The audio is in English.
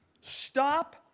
Stop